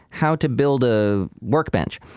how to build a workbench.